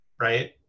right